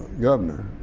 governor